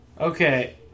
Okay